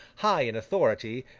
high in authority,